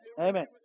Amen